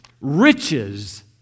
Riches